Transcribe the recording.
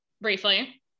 briefly